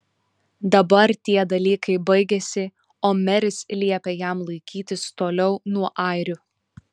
dabar tie dalykai baigėsi o meris liepė jam laikytis toliau nuo airių